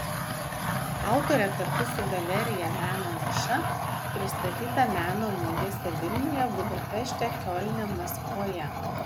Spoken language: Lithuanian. autorė kartu su galerija meno niša pristatyta meno mugėse vilniuje budapešte kiolne maskvoje